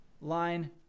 line